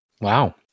Wow